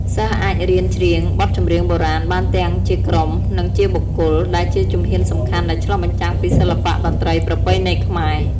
សិស្សអាចរៀនច្រៀងបទចម្រៀងបុរាណបានទាំងជាក្រុម និងជាបុគ្គល ដែលជាជំហានសំខាន់ដែលឆ្លុះបញ្ចាំងពីសិល្បៈតន្ត្រីប្រពៃណីខ្មែរ។